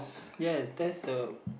yes there's a